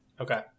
Okay